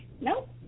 Nope